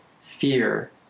fear